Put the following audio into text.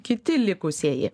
kiti likusieji